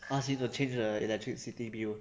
ask him to change the electricity bill